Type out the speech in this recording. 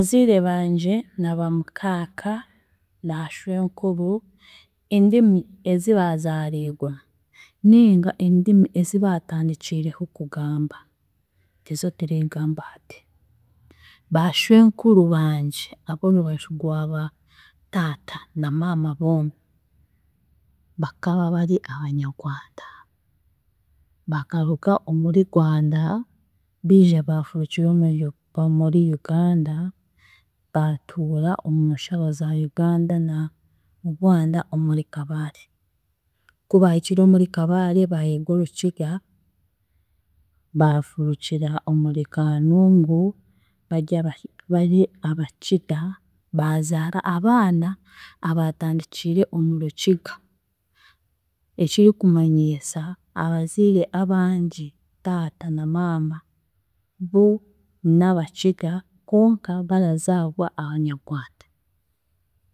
Abaziire bangye na ba mukaaka, ba shwenkuru, endimi ezi baazaariigwemu ninga endimi ezi baatandikiireho kugamba tizo turikugamba hati. Ba shwenkuru bangye ab'orubaju gwa ba taata na maama boona baka bari Abanyagwanda, bakaruga omuri Gwanda biija baafurukira omuri U omuri Uganda, baatuura omu nsharo za Uganda na Gwanda omuri Kabale. Kubaahikire omuri Kabale baayega Orukiga, baafurukira omuri Kanungu barya Aba- bari Abakiga baazaara abaana abaatandikiire omu Rukiga ekirikumanyiisa abaziire abangye; taata na maama bo n'Abakiga konka barazaagwa Abanyagwanda.